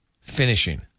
Finishing